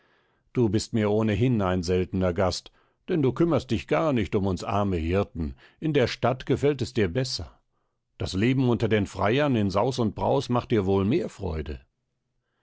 du bist mir ohnehin ein seltener gast denn du kümmerst dich gar nicht um uns arme hirten in der stadt gefällt es dir besser das leben unter den freiern in saus und braus macht dir wohl mehr freude